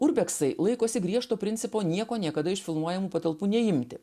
urbeksai laikosi griežto principo nieko niekada iš filmuojamų patalpų neimti